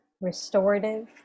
restorative